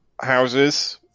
houses